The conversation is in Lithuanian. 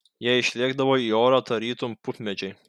jie išlėkdavo į orą tarytum pupmedžiai